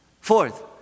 Fourth